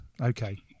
Okay